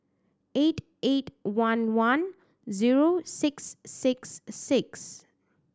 eight eight one one zero six six six